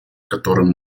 которым